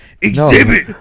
Exhibit